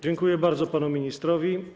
Dziękuję bardzo panu ministrowi.